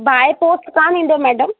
बाए post कान ईंदो madam